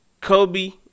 Kobe